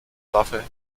waffe